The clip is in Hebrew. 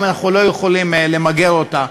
אם אנחנו לא יכולים למגר אותה,